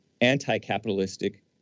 anti-capitalistic